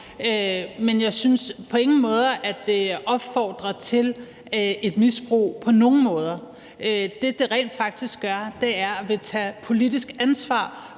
Men jeg synes på ingen måde, at det opfordrer til et misbrug. Det, som det rent faktisk gør, er at tage politisk ansvar